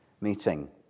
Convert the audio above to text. meeting